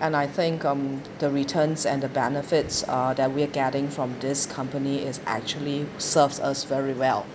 and I think um the returns and the benefits uh that we're getting from this company is actually serves us very well